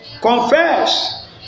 Confess